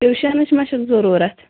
ٹیٛوٗشَنٕچ ما چھَکھ ضروٗرَت